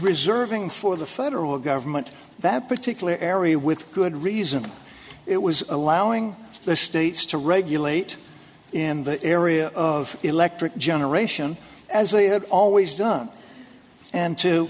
reserving for the federal government that particular area with good reason it was allowing the states to regulate in the area of electric generation as they had always done and to